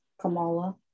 Kamala